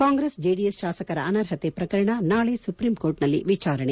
Congress JDS ಶಾಸಕರ ಅನರ್ಹತೆ ಪ್ರಕರಣ ನಾಳೆ ಸುಪ್ರೀಂಕೋರ್ಟ್ನಲ್ಲಿ ವಿಚಾರಣೆ